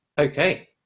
Okay